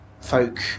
folk